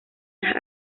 las